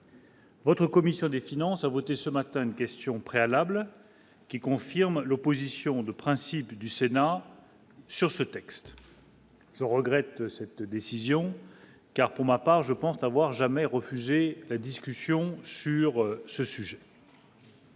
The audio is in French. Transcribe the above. Votre commission des finances, a voté ce matin une question préalable qui confirment l'opposition de principe du Sénat sur ce texte, je regrette cette décision, car pour ma part, je pense n'avoir jamais refusé la discussion sur ce sujet.